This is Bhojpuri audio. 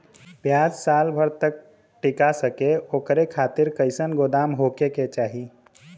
प्याज साल भर तक टीका सके ओकरे खातीर कइसन गोदाम होके के चाही?